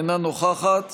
אינה נוכחת